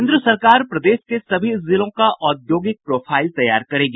केंद्र सरकार प्रदेश के सभी जिलों का औद्योगिक प्रोफाईल तैयार करेगी